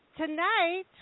Tonight